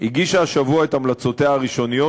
הגישה השבוע את המלצותיה הראשוניות,